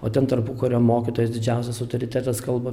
o ten tarpukario mokytojas didžiausias autoritetas kalba